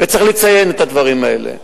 וצריך לציין את הדברים האלה.